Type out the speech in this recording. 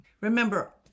Remember